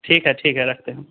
ठीक है ठीक है रखते हैं हम